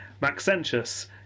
Maxentius